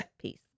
Peace